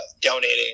donating